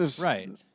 right